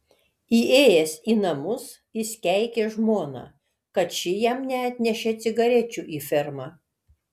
įėjęs į namus jis keikė žmoną kad ši jam neatnešė cigarečių į fermą